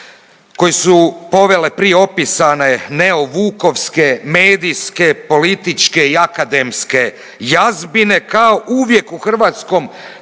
koji su povele prije opisane neovukovske, medijske, političke i akademske jazbine, kao uvijek u hrvatskom